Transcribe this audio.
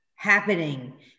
happening